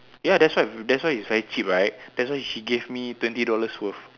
ya that's why that's why it's very cheap right that's why she gave me twenty dollars worth